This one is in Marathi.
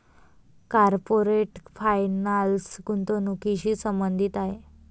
कॉर्पोरेट फायनान्स गुंतवणुकीशी संबंधित आहे